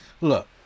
Look